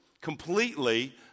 completely